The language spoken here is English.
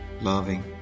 loving